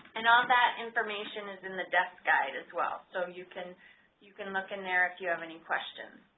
and all that information is in the desk guide as well, so you can you can look in there if you have any questions.